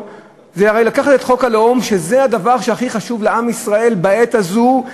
גם לדברי המחוקקים זה בעצם לעקר אותו מתוכן.